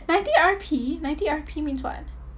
ninety R_P ninety R_P means what